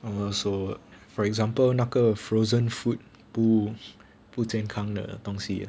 I was so for example 那个 frozen food 不健康的的东西 ah